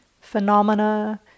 phenomena